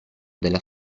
della